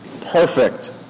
perfect